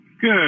Good